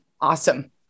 Awesome